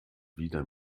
wieder